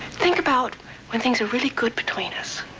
think about when things were really good between us.